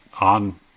on